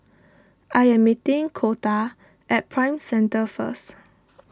I am meeting Coletta at Prime Centre first